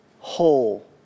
whole